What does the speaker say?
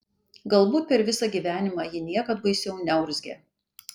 galbūt per visą gyvenimą ji niekad baisiau neurzgė